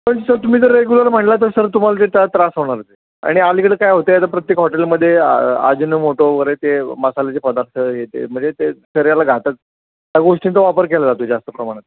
पण सर तुम्ही जर रेग्युलर म्हटलं तर सर तुम्हाला त्याचा त्रास होणारच आणि आलीकडं काय होत आहे तर प्रत्येक हॉटेलमध्ये आ आजिनोमोटो वगैरे ते मसाल्याचे पदार्थ हे ते म्हणजे ते शरीराला घातात त्या गोष्टींचा वापर केला जातो जास्त प्रमाणात